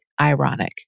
ironic